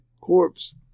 corpse